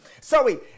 Sorry